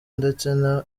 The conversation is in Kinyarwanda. ndetse